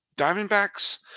Diamondbacks